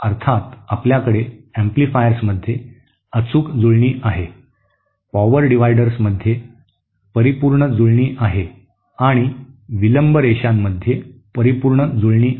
अर्थात आपल्याकडे एम्पलीफायर्समध्ये अचूक जुळणी आहे पॉवर डिव्हायडर्समध्ये परिपूर्ण जुळणी आहे आणि विलंब रेषांमध्ये परिपूर्ण जुळणी आहे